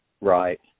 Right